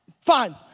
fine